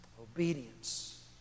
Obedience